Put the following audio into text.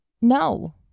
No